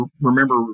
remember